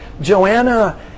Joanna